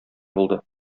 булды